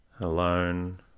Alone